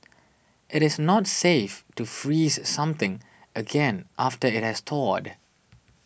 it is not safe to freeze something again after it has thawed